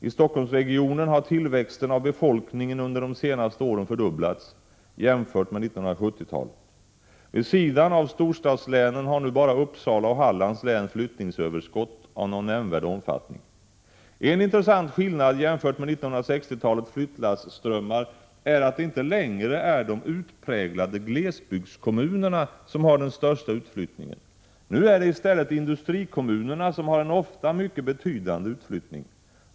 I Stockholmsregionen har tillväxttakten av befolkningen under de senaste åren fördubblats jämfört med 1970-talet. Vid sidan av storstadslänen har nu bara Uppsala och Hallands län flyttningsöverskott av någon nämnvärd omfattning. En intressant skillnad jämfört med 1960-talets flyttlasströmmar är att det inte längre är de utpräglade glesbygdskommunerna som har den största utflyttningen. Nu är det i stället industrikommunerna som har en ofta mycket betydande utflyttning.